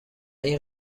این